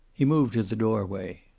he moved to the doorway.